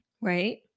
right